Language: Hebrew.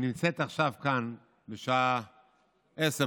היא נמצאת עכשיו כאן בשעה 22:00,